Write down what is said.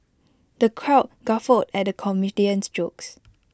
the crowd guffawed at the comedian's jokes